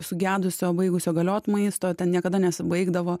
sugedusio baigusio galiot maisto ten niekada nesibaigdavo